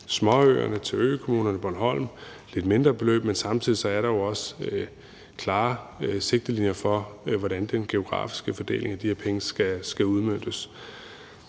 småøerne og til økommunerne, f.eks. Bornholm. Det er lidt mindre beløb, men samtidig er der jo også klare sigtelinjer for, hvordan den geografiske fordeling af de her penge skal udmøntes.